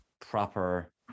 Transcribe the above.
proper